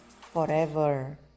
forever